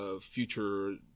future